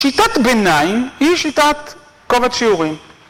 שיטת ביניים היא שיטת כובד שיעורים.